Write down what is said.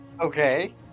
Okay